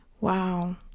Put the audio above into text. Wow